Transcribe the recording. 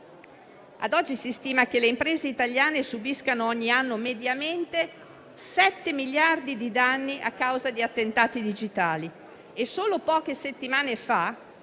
Ad oggi si stima che le imprese italiane subiscano ogni anno mediamente 7 miliardi di euro di danni a causa di attentati digitali e solo poche settimane fa